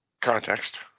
context